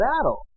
battle